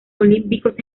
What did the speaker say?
olímpicos